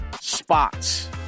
spots